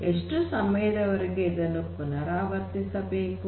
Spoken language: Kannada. ಎಷ್ಟು ಸಮಯದವರೆಗೆ ಇದನ್ನು ಪುನರಾವರ್ತಿಸಬೇಕು